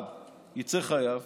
אחד יצא חייב